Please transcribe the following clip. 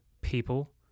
people